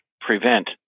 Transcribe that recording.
prevent